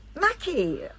Mackie